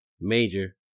major